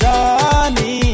Johnny